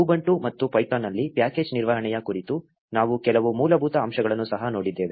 Ubuntu ಮತ್ತು ಪೈಥಾನ್ನಲ್ಲಿ package ನಿರ್ವಹಣೆಯ ಕುರಿತು ನಾವು ಕೆಲವು ಮೂಲಭೂತ ಅಂಶಗಳನ್ನು ಸಹ ನೋಡಿದ್ದೇವೆ